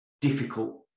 difficult